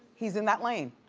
he's in that lane.